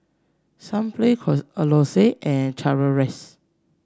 Sunplay Lacoste and Chateraise